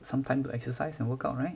some time to exercise and workout right